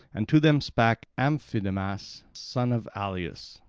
and to them spake amphidamas, son of aleus